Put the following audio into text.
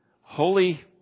Holy